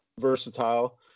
versatile